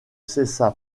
cessa